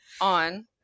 on